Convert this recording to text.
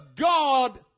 God